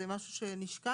זה משהו שנשקל?